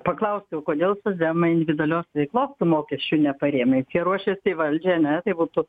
paklausti o kodėl socdemai individualios veiklos mokesčių neparėmė nes jie ruošiasi į valdžią ane tai būtų